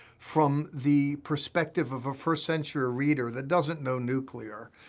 from the perspective of a first-century reader that doesn't know nuclear.